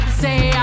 say